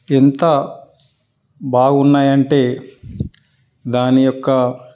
ఎంత బాగున్నాయి అంటే దాని యొక్క